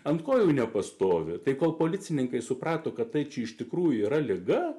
ant kojų nepastovi tai kol policininkai suprato kad tai čia iš tikrųjų yra liga